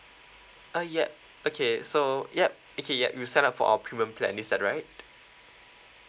uh ya okay so yup okay yup you sign up for our premium plan is that right